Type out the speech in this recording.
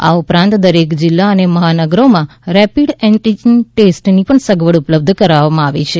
આ ઉપરાંત દરેક જિલ્લા અને મહાનગરોમાં રેપીડ એન્ટીજન ટેસ્ટની પણ સગવડ ઉપલબ્ધ કરાવવામાં આવી છે